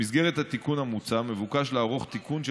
במסגרת התיקון המוצע מבוקש לערוך תיקון של